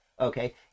okay